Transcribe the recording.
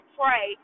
pray